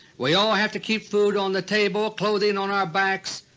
we all have to keep food on the table, clothing on our backs,